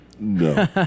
No